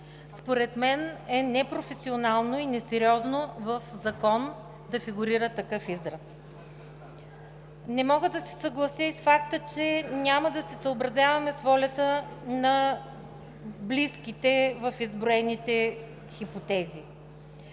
Според мен е непрофесионално и несериозно да фигурира такъв израз в Закона. Не мога да се съглася и с факта, че няма да се съобразяваме с волята на близките в изброените хипотези.